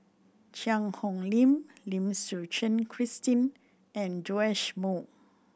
Cheang Hong Lim Lim Suchen Christine and Joash Moo